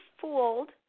fooled